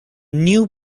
new